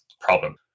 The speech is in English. problem